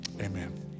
amen